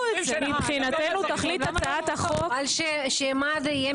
מבחינתנו תכלית הצעת החוק --- שמד"א יהיה